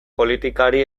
politikari